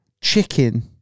chicken